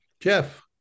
Jeff